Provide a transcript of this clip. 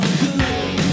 good